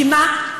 כי מה?